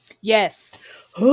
Yes